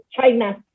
China